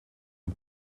een